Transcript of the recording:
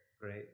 Great